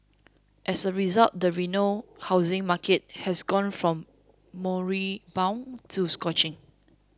as a result the Reno housing market has gone from moribund to scorching